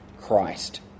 Christ